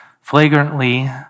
flagrantly